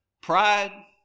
Pride